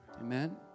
Amen